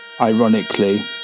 ironically